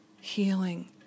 healing